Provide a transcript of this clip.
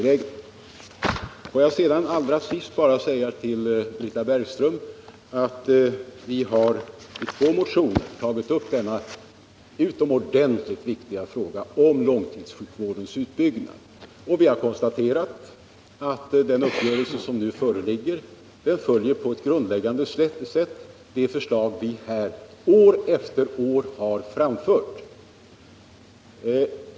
Låt mig allra sist bara säga till Britta Bergström att vi i vår reservationoch i ett särskilt yttrande har tagit upp den utomordentligt viktiga frågan om långtidssjukvårdens utbyggnad. Vi har konstaterat att den uppgörelse som nu föreligger i huvudsak följer det förslag vi år efter år har framfört.